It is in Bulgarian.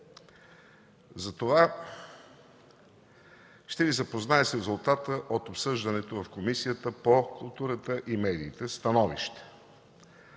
Затова ще Ви запозная с резултата от обсъждането в Комисията по културата и медиите.